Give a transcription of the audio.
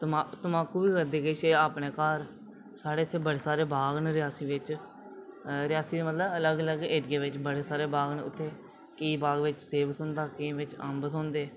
तमाकू बी करदे किश अपने घर साढ़े इत्थै बड़े सारे बाग न रियासी बिच रियासी दे मतलब अलग अलग एरिये दे बिच बड़े सारे बाग न उत्थै केईं बाग बिच सेब थ्होंदा केईं बिच अम्ब थ्होंदे